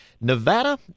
Nevada